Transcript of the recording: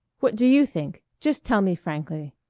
what do you think? just tell me frankly.